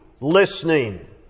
Listening